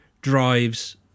drives